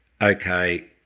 okay